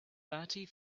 thirty